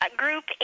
group